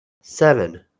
Seven